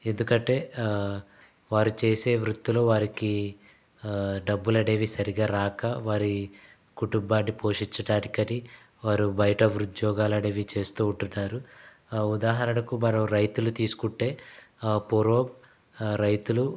ఎందుకంటే వారు చేసే వృత్తులు వారికి డబ్బులనేవి సరిగా రాక వారి కుటుంబాన్ని పోషించడానికని వారు బయట ఉద్యోగాలు అనేవి చేస్తూ ఉంటున్నారు ఉదాహరణకు మనం రైతులు తీసుకుంటే పూర్వం రైతులు